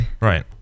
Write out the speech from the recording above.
Right